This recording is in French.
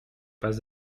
pas